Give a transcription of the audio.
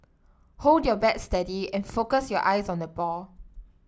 hold your bat steady and focus your eyes on the ball